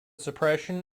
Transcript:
suppression